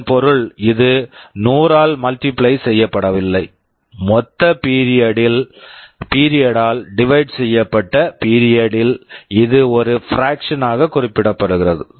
இதன் பொருள் இது 100 ஆல் மல்டிபிளை multiply செய்யப்படவில்லை மொத்த பீரியட் period ஆல் டிவைட் divide செய்யப்பட்ட பீரியட் period ல் இது ஒரு பிராக்க்ஷன் fraction -ஆக குறிப்பிடப்படுகிறது